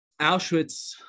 Auschwitz